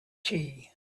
tea